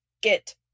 get